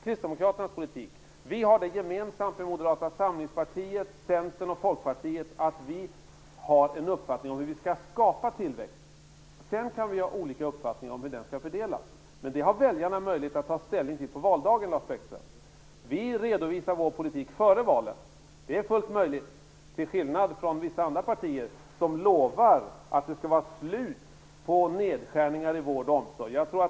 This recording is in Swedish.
Kristdemokraternas politik, och detta har vi gemensamt med Moderata samlingspartiet, Centern och Folkpartiet, innebär att vi har en uppfattning om hur tillväxt skall skapas. Vi kan ha olika uppfattningar om hur den skall fördelas. Men, Lars Bäckström, väljarna har möjlighet att på valdagen ta ställning till det. Vi redovisar vår politik före valen - det är fullt möjligt - till skillnad från hur det är i vissa andra partier som lovar att det skall vara slut på nedskärningar i vård och omsorg.